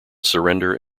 surrender